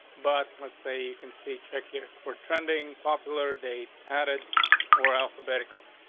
but let's say you can see check here for trending popular date added or alphabetical.